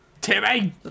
Timmy